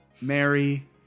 Mary